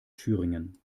thüringen